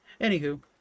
Anywho